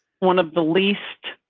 one of the least